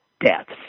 deaths